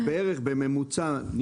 בממוצע,